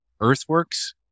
earthworks